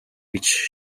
which